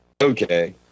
Okay